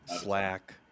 slack